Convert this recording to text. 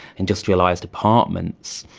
industrialised apartments.